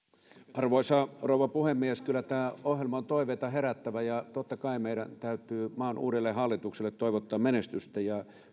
arvoisa rouva puhemies kyllä tämä ohjelma on toiveita herättävä ja tottakai meidän täytyy maan uudelle hallitukselle toivottaa menestystä